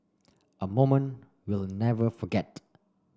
a moment we'll never forget